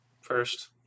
first